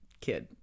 kid